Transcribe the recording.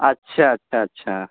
اچھا اچھا اچھا